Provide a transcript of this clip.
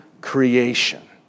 creation